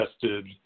tested